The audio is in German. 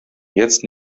jetzt